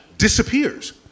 Disappears